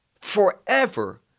forever